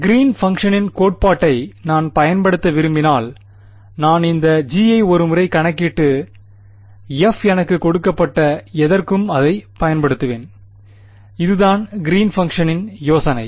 green பங்க்ஷனின் கோட்பாட்டை நான் பயன்படுத்த விரும்பினால் நான் இந்த G ஐ ஒரு முறை கணக்கிட்டு F எனக்குக் கொடுக்கப்பட்ட எதற்கும் அதைப் பயன்படுத்துவேன் அதுதான்கிறீன் பங்க்ஷனின் யோசனை